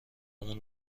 مون